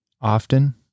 Often